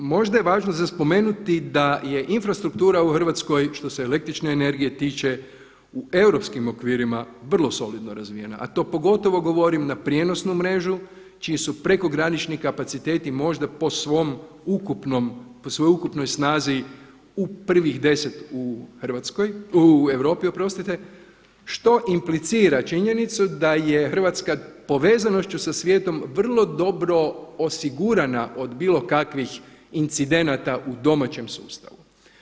Možda je važno za spomenuti da je infrastruktura u Hrvatskoj što se električne energije tiče u europskim okvirima vrlo solidno razvijena, a to pogotovo govorim na prijenosnu mrežu čiji su prekogranični kapaciteti možda po svom ukupnom, po svojoj ukupnoj snazi u prvih deset u Hrvatskoj, u Europi oprostite što implicira činjenicu da je Hrvatska povezanošću sa svijetom vrlo dobro osigurana od bilo kakvih incidenata u domaćem sustavu.